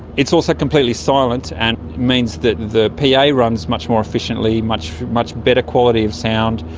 it's also completely silent and means that the pa ah runs much more efficiently, much much better quality of sound,